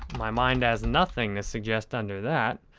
my mind has nothing to suggest under that.